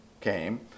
came